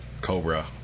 Cobra